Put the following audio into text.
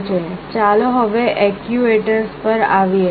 ચાલો હવે એકયુએટર્સ પર આવીએ